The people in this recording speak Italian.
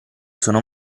sono